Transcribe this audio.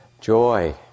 Joy